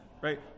right